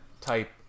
type